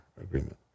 agreement